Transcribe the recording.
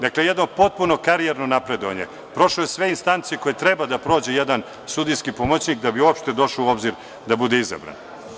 Dakle, jedno potpuno karijerno napredovanje, prošao je sve instance koje treba da prođe jedan sudijski pomoćnik da bi uopšte došao u obzir da bude izabran.